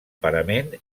parament